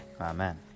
Amen